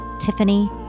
Tiffany